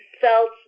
felt